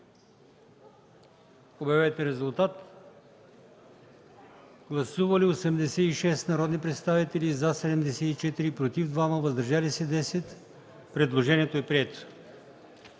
на гласуване. Гласували 82 народни представители: за 74, против 2, въздържали се 6. Предложението е прието.